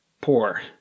poor